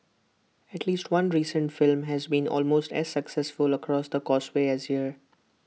at least one recent film has been almost as successful across the causeway as here